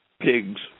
pigs